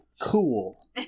cool